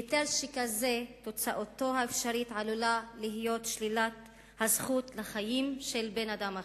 היתר שכזה תוצאתו האפשרית עלולה להיות שלילת הזכות לחיים של בן-אדם אחר.